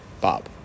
Bob